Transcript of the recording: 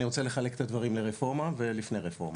אני רוצה לחלק את הדברים לרפורמה ולפני רפורמה.